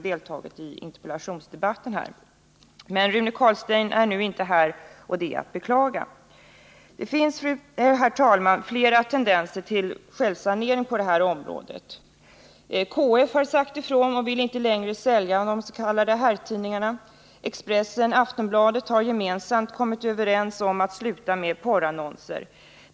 Men Rune Carlstein är nu inte här, och det är att beklaga. Det finns flera tendenser till självsanering på det här området. KF har sagt ifrån och vill inte längre sälja de s.k. herrtidningarna. Expressen och Aftonbladet har gemensamt kommit överens om att sluta med porrannonser.